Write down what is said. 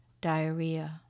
diarrhea